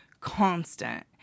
constant